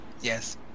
Yes